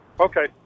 Okay